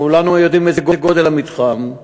וכולנו יודעים מה גודל המתחם,